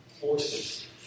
forces